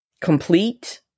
complete